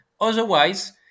Otherwise